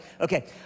Okay